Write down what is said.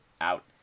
out